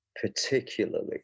particularly